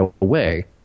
away